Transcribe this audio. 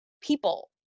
people